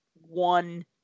one